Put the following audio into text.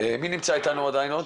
מי נמצא איתנו עדיין עוד?